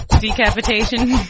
Decapitation